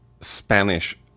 Spanish